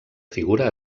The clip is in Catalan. figura